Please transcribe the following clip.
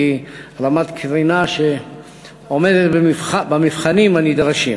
והיא רמה תקינה שעומדת במבחנים הנדרשים.